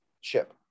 ship